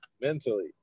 mentally